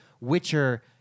Witcher